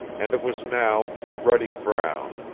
and it was now a ruddy brown,